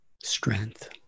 strength